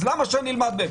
אז למה שאני אלמד מהן?